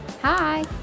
Hi